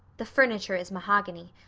the furniture is mahogany.